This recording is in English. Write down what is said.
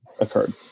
occurred